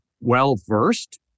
well-versed